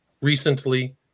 recently